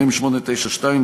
מ/892,